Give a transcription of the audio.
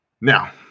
Now